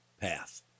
path